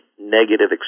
negative